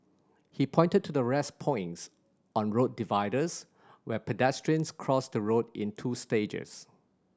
he pointed to the rest points on road dividers where pedestrians cross the road in two stages